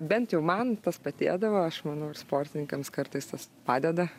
bent jau man tas padėdavo aš manau ir sportininkams kartais tas padeda